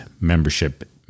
membership